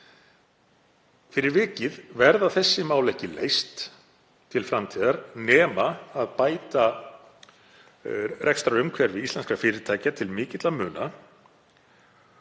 Fyrir vikið verða þessi mál ekki leyst til framtíðar nema með því að bæta rekstrarumhverfi íslenskra fyrirtækja til mikilla muna